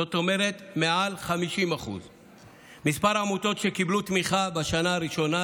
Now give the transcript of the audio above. זאת אומרת מעל 50%. מספר העמותות שקיבלו תמיכה בשנה הראשונה,